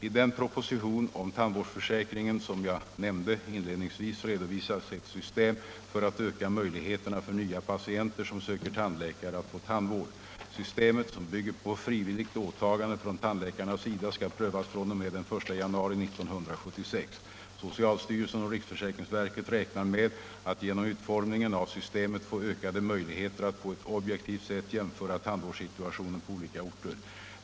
I den proposition om tandvårdsförsäkringen som jag nämnde inledningsvis redovisas ett system för att öka möjligheterna för nya patienter som söker tandläkare att få tandvård. Systemet, som bygger på frivilligt åtagande från tandläkarnas sida, skall prövas fr.o.m. den 1 januari 1976. Socialstyrelsen och riksförsäkringsverket räknar med att genom utformningen av systemet få ökade möjligheter att på ett objektivt sätt jämföra tandvårdssituationen på olika orter.